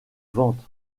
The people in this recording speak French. vente